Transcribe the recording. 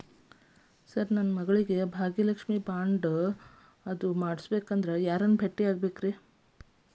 Sir ನನ್ನ ಮಗಳಿಗೆ Bhagyalakshmi bond ಅದು ಮಾಡಿಸಬೇಕೆಂದು ಯಾರನ್ನ ಭೇಟಿಯಾಗಬೇಕ್ರಿ?